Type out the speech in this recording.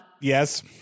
Yes